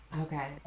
okay